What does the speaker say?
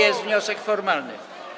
Jest wniosek formalny.